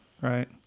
right